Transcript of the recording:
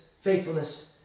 faithfulness